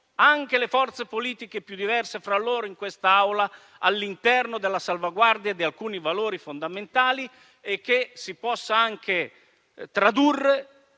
anche le forze politiche più diverse fra loro in quest'Aula all'interno della salvaguardia di alcuni valori fondamentali. Riteniamo inoltre che si possa anche tradurre